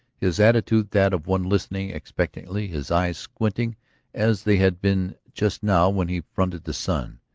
his attitude that of one listening expectantly, his eyes squinting as they had been just now when he fronted the sun.